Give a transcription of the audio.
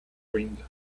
ring